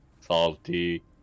salty